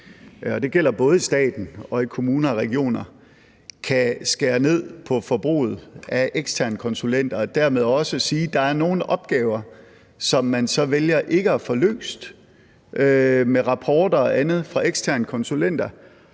og det gælder både i staten og i kommuner og regioner – kan skære ned på forbruget af eksterne konsulenter og dermed også sige, at der er nogle opgaver, som man så vælger ikke at få løst med rapporter og andet fra eksterne konsulenters